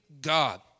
God